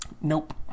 Nope